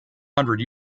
hundred